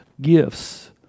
gifts